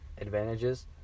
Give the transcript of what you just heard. advantages